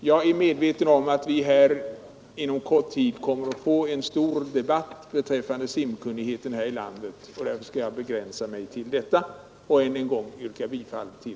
Jag är medveten om att vi här i kammaren inom kort tid kommer att få en interpellationsdebatt om simkunnigheten i landet. Därför skall jag begränsa mig till det anförda och endast än en gång yrka bifall till